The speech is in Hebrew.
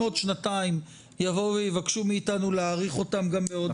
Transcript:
עוד שנתיים יבואו ויבקשו מאיתנו להאריך אותן עוד.